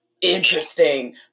Interesting